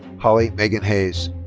hollie megan hayes.